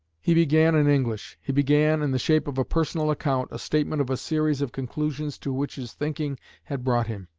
he began in english. he began, in the shape of a personal account, a statement of a series of conclusions to which his thinking had brought him,